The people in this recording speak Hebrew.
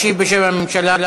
ישיב בשם הממשלה.